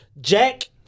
Jack